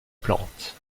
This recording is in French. plante